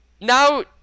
now